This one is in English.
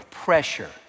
pressure